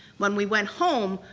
when we went home,